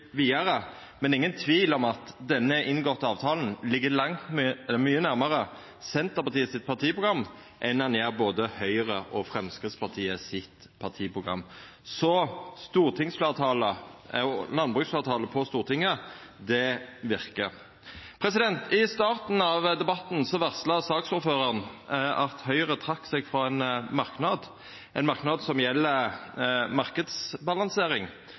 vidare. Men det er ingen tvil om at den avtalen som er inngått, ligg mykje nærmare Senterpartiets partiprogram enn Høgre og Framstegspartiet sine partiprogram. Så landbruksfleirtalet på Stortinget verkar. I starten av debatten varsla saksordføraren at Høgre trekte seg frå ein merknad som gjeld